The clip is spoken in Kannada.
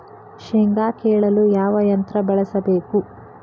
ಶೇಂಗಾ ಕೇಳಲು ಯಾವ ಯಂತ್ರ ಬಳಸಬೇಕು?